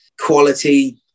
quality